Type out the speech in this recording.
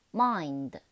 mind